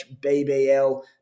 BBL